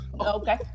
Okay